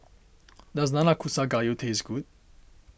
does Nanakusa Gayu taste good